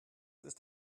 ist